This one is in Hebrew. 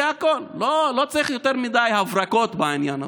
זה הכול, לא צריך יותר מדי הברקות בעניין הזה.